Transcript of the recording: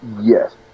Yes